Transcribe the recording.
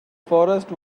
forest